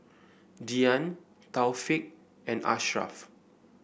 Dian Taufik and Ashraf